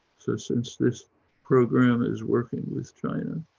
so since this programme is working with china,